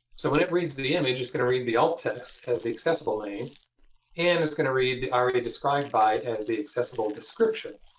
so when it reads the the image, it's going to read the alt text as the accessible name and it's going to read the aria described by as the accessible description.